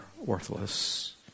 worthless